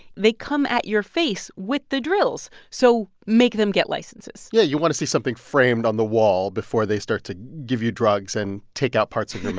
they come at your face with the drills. so make them get licenses yeah, you want to see something framed on the wall before they start to give you drugs and take out parts of your